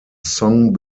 song